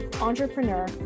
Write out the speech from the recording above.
entrepreneur